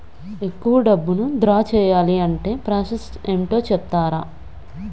ఎక్కువ డబ్బును ద్రా చేయాలి అంటే ప్రాస సస్ ఏమిటో చెప్తారా?